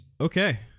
Okay